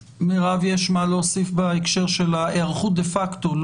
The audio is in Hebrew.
מירב, יש מה להוסיף בהקשר של ההיערכות דה פקטו?